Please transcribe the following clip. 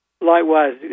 Likewise